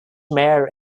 mayor